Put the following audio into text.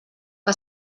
que